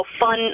fun